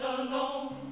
alone